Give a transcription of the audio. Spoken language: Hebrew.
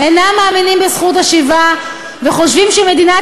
אינם מאמינים בזכות השיבה וחושבים שמדינת